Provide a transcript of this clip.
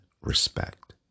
respect